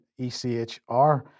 ECHR